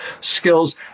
skills